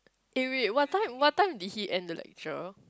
eh wait what time what time did he end the lecture